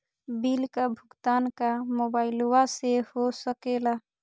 Bill का भुगतान का मोबाइलवा से हो सके ला?